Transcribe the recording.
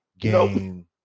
game